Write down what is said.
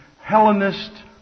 Hellenist